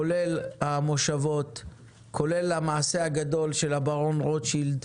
כולל המושבות, כולל המעשה הגדול של הברון רוטשילד,